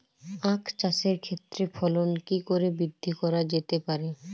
আক চাষের ক্ষেত্রে ফলন কি করে বৃদ্ধি করা যেতে পারে?